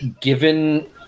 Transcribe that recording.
given